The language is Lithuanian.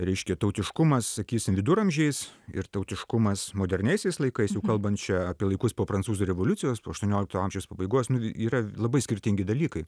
reiškia tautiškumas sakysim viduramžiais ir tautiškumas moderniaisiais laikais jau kalban čia apie laikus po prancūzų revoliucijos po aštuoniolikto amžiaus pabaigos yra labai skirtingi dalykai